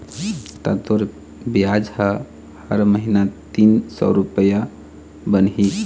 ता तोर बियाज ह हर महिना तीन सौ रुपया बनही